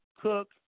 cook